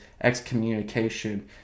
excommunication